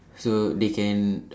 so they can